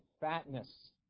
fatness